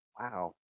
Wow